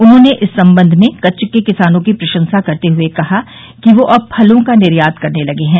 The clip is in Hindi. उन्होंने इस सम्बंध में कच्छ के किसानों की प्रशंसा करते हुए कहा कि वे अब फलों का निर्यात करने लगे हैं